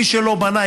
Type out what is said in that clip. מי שלא בנה,